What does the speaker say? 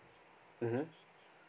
mmhmm